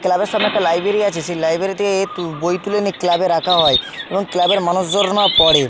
ক্লাবের সামনে একটা লাইব্রেরি আছে সেই লাইব্রেরিতে তু বই তুলে এনে ক্লাবে রাখা হয় এবং ক্লাবের মানুষজনরা পড়ে